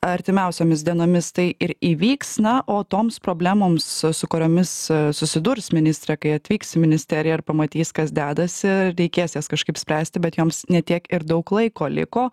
artimiausiomis dienomis tai ir įvyks na o toms problemoms su kuriomis susidurs ministrė kai atvyks į ministeriją ir pamatys kas dedasi reikės jas kažkaip spręsti bet joms ne tiek ir daug laiko liko